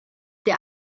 der